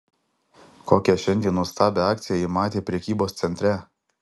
kokią šiandien nuostabią akciją ji matė prekybos centre